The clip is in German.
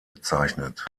bezeichnet